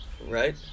Right